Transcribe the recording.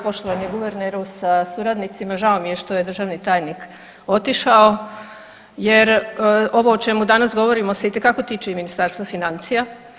Poštovani guverneru sa suradnicima, žao mi je što je državni tajnik otišao jer ovo o čemu danas govorimo se itekako tiče i Ministarstva financija.